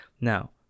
Now